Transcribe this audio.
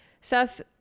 Seth